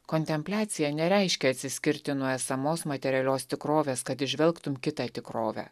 kontempliacija nereiškia atsiskirti nuo esamos materialios tikrovės kad įžvelgtum kitą tikrovę